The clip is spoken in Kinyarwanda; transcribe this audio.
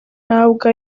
ntabwo